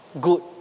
Good